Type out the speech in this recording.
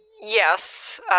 Yes